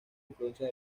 influencias